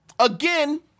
Again